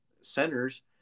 centers